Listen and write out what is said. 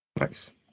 Nice